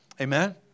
Amen